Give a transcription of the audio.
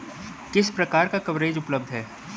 किस प्रकार का कवरेज उपलब्ध है?